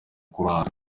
kuranga